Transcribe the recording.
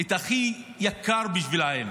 את הכי יקר בשבילן,